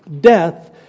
death